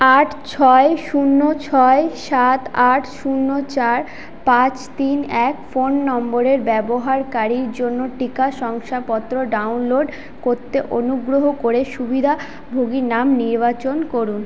আট ছয় শূন্য ছয় সাত আট শূন্য চার পাঁচ তিন এক ফোন নম্বরের ব্যবহারকারীর জন্য টিকা শংসাপত্র ডাউনলোড করতে অনুগ্রহ করে সুবিধাভোগীর নাম নির্বাচন করুন